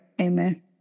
amen